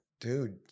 dude